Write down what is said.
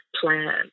plan